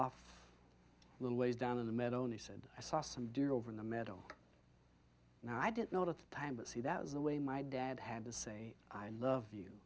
off a little ways down in the middle and he said i saw some deer over in the middle and i didn't know it at the time but see that was the way my dad had to say i love you